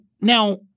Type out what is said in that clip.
now